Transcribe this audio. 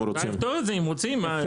אם רוצים.